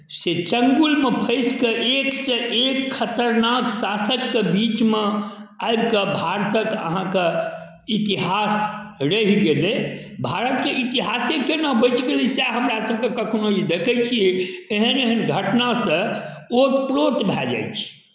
से चंगुलमे फँसि कऽ एकसँ एक खतरनाक शासकके बीचमे आबि कऽ भारतके अहाँके इतिहास रहि गेलै भारतके इतिहासे केना बचि गेलै सएह हमरा सभकेँ कखनो ई देखै छियै एहन एहन घटनासँ ओतप्रोत भए जाइ छी